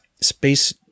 space